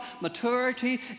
maturity